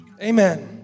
Amen